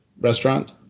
restaurant